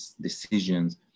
decisions